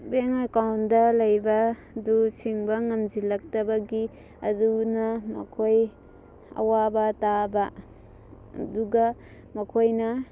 bank ꯑꯦꯀꯥꯎꯟꯗ ꯂꯩꯕꯗꯨ ꯁꯤꯡꯕ ꯉꯝꯁꯤꯜꯂꯛꯇꯕꯒꯤ ꯑꯗꯨꯅ ꯃꯈꯣꯏ ꯑꯋꯥꯕ ꯇꯥꯕ ꯑꯗꯨꯒ ꯃꯈꯣꯏꯅ